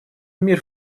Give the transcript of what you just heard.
мир